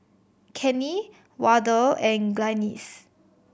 Kenny Wardell and Glynis